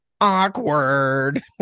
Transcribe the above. Awkward